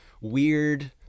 weird